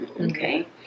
okay